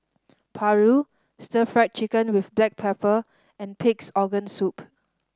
paru Stir Fried Chicken with black pepper and Pig's Organ Soup